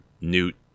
Newt